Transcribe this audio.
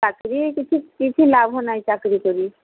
ଚାକିରୀ କିଛି କିଛି ଲାଭ ନାହିଁ ଚାକିରୀ କରି